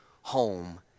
home